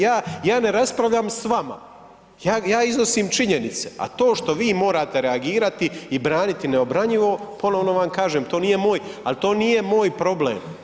Ja ne raspravljam s vama, ja iznosim činjenice, a to što vi morate reagirati i braniti neobranjivo ponovo vam kaže, to nije moj, al to nije problem.